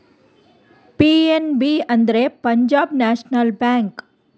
PNB ಅಂದ್ರೆ Punjab national bank